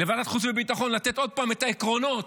לוועדת חוץ וביטחון לתת עוד פעם את העקרונות.